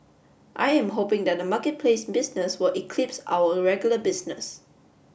I am hoping that the marketplace business will eclipse our regular business